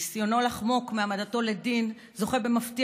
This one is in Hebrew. ניסיונו לחמוק מהעמדתו לדין זוכה במפתיע